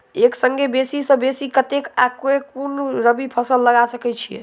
एक संगे बेसी सऽ बेसी कतेक आ केँ कुन रबी फसल लगा सकै छियैक?